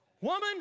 Woman